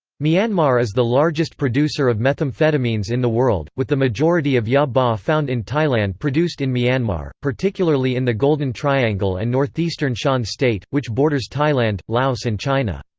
myanmar is the largest producer of methamphetamines in the world, with the majority of ya ba found in thailand produced in myanmar, particularly in the golden triangle and northeastern shan state, which borders thailand, laos and china.